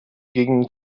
gegen